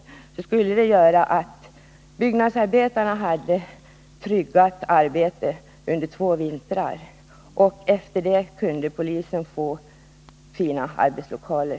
Det skulle innebära att byggnadsarbetarna hade tryggat arbete under två vintrar. Och därefter kunde polisen få fina arbetslokaler.